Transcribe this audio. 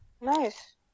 Nice